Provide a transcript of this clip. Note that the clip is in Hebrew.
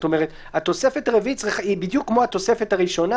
התוספת הרביעית היא בדיוק כמו התוספת הראשונה,